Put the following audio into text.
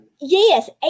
Yes